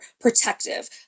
protective